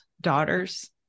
daughters